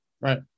Right